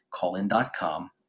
callin.com